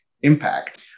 impact